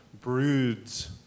broods